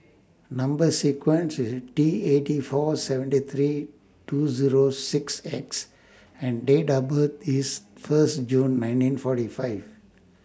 Number sequence IS T eighty four seventy three two Zero six X and Date of birth IS First June nineteen forty five